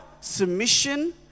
submission